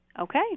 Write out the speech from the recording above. Okay